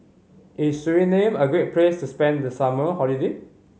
is Suriname a great place spend the summer holiday